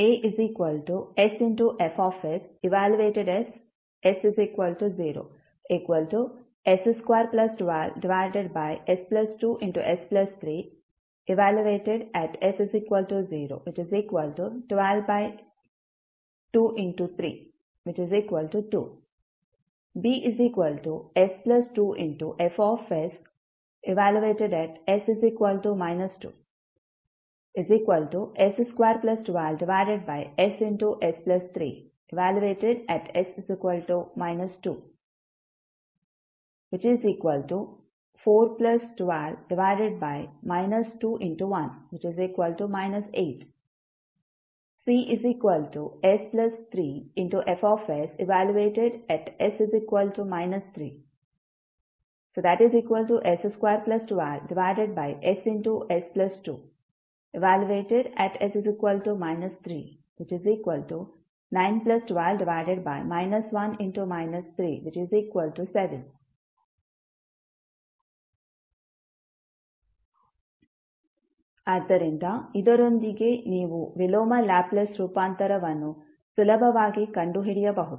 AsFs|s0s212s2s3|s012232 Bs2Fs|s 2s212ss3|s 2412 8 Cs3Fs|s 3s212ss2|s 39127 ಆದ್ದರಿಂದ ಇದರೊಂದಿಗೆ ನೀವು ವಿಲೋಮ ಲ್ಯಾಪ್ಲೇಸ್ ರೂಪಾಂತರವನ್ನು ಸುಲಭವಾಗಿ ಕಂಡುಹಿಡಿಯಬಹುದು